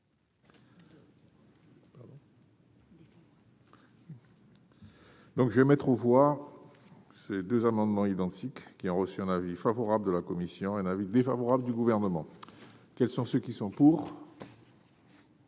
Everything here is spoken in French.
Donc, je vais mettre aux voix, ces 2 amendements identiques qui a reçu un avis favorable de la commission, un avis défavorable du Gouvernement. Quels sont ceux qui sont pour.